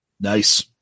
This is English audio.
nice